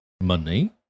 Money